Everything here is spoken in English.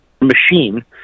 machine